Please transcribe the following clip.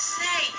say